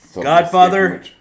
Godfather